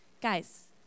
Guys